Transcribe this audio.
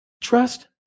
Trust